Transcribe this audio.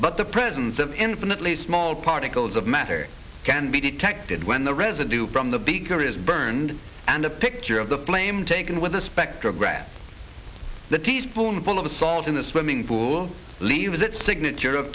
but the presence of infinitely small particles of matter can be detected when the residue from the bigger is burned and a picture of the flame taken with a spectrograph the teaspoon full of the salt in the swimming pool leaves its signature of